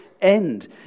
end